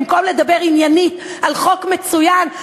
במקום לדבר עניינית על חוק מצוין,